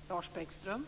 Fru talman! Jag är överens